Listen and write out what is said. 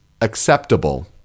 acceptable